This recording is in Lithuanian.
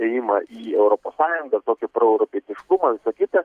ėjimą į europos sąjungą tokį proeuropietiškumą visą kitą